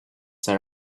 their